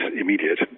immediate